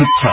हित छ